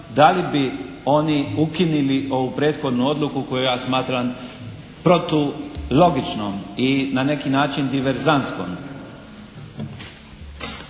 da li bi oni ukinuli ovu prethodnu odluku koju ja smatram protu logičnom i na neki način diverzantskom.